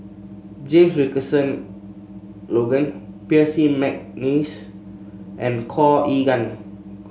James Richardson Logan Percy McNeice and Khor Ean Ghee